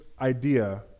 idea